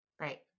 Right